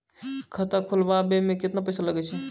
खाता खोलबाबय मे केतना पैसा लगे छै?